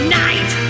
night